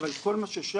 אבל כל מה ששם